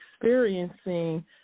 experiencing